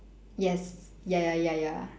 yes ya ya ya ya